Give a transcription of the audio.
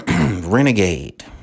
Renegade